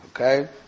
okay